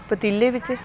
पतीले बिच्च